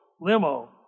limo